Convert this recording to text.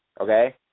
Okay